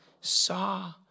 saw